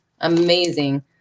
amazing